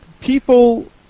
people